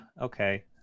Okay